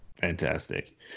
fantastic